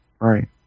right